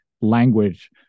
language